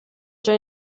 già